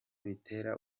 bitera